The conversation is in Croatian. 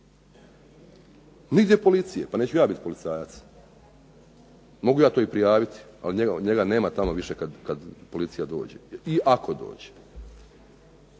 Nigdje policije. Pa neću ja biti policajac. Mogu ja to i prijaviti ali njega nema tamo više kad policija dođe i ako dođe.